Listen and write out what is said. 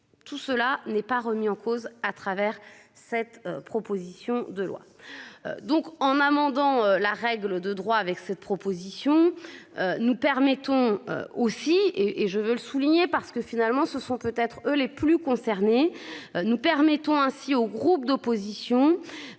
tout cela n'est pas remis en cause à travers cette proposition de loi. Donc en amendant la règle de droit avec cette proposition. Nous permettons aussi et et je veux le souligner parce que finalement ce sont peut-être les plus concernés, nous permettant ainsi au groupe d'opposition.